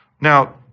Now